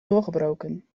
doorgebroken